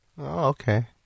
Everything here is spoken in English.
Okay